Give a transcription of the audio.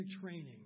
training